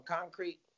concrete